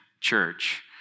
church